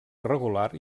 irregular